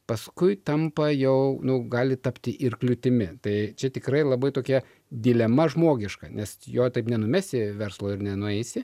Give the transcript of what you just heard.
paskui tampa jau nu gali tapti ir kliūtimi tai čia tikrai labai tokia dilema žmogiška nes jo taip nenumesi verslo ir nenueisi